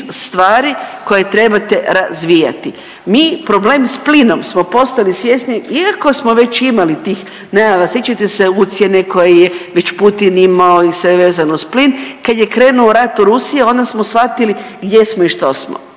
stvari koje trebate razvijati. Mi problem s plinom smo postali svjesni iako smo već imali tih najava, sjećate se ucjene koje je već Putin imao i sve vezano uz plin. Kad je krenuo rat u Rusiji onda smo shvatili gdje smo i što smo.